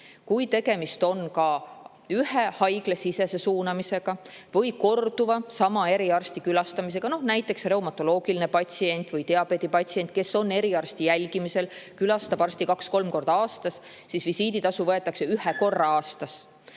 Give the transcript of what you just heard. Kui tegemist on haiglasisese suunamisega või korduva sama eriarsti külastamisega, näiteks reumatoloogiline patsient või diabeedipatsient, kes on eriarsti jälgimisel, külastab arsti kaks-kolm korda aastas, siis visiiditasu võetakse üks kord aastas.